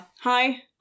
Hi